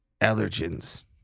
allergens